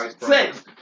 Six